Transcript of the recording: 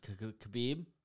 Khabib